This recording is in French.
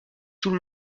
tout